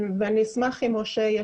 אני אשמח עם משה פישר,